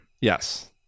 Yes